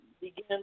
begin